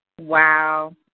Wow